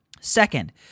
Second